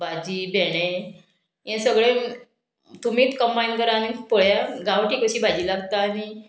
भाजी भेंडे हे सगळें तुमीच कंबायन करा आनी पळया गांवठी कशी भाजी लागता आनी